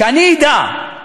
שאני אדע,